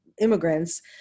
immigrants